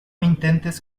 intentes